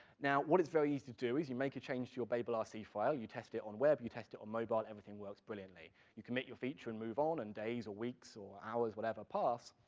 now, what it's very easy to do is, you make a change to your babelrc file, you test it on web, you test it on mobile, everything works brilliantly. you can make your feature and move on, and days or weeks or hours, whatever, pass,